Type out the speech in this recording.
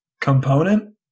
component